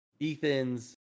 Ethan's